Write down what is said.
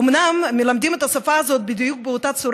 אומנם מלמדים את השפה הזאת בדיוק באותה צורה